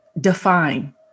define